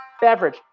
beverage